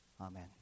Amen